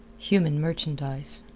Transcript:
human merchandise